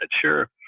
sure